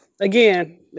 Again